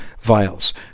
vials